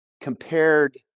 compared